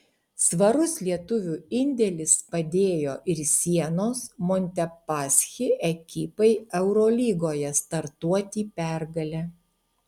svarus lietuvių indėlis padėjo ir sienos montepaschi ekipai eurolygoje startuoti pergale